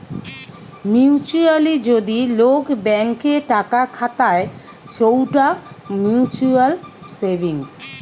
mutually যদি লোক bank এ টাকা খাতায় সৌটা মিউচুয়াল সেভিংস